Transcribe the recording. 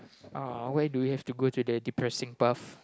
uh why do we have to go to the depressing stuff